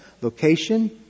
Location